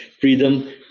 freedom